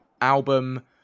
album